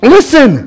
Listen